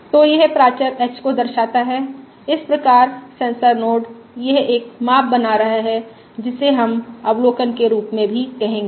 तो यह प्राचर h को दर्शाता है इस प्रकार सेंसर नोड यह एक माप बना रहा है जिसे हम अवलोकन के रूप में भी कहेंगे